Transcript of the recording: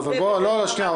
שנייה,